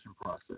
process